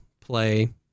play